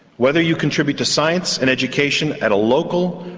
whether you contribute to science and education at a local,